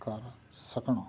ਕਰ ਸਕਣ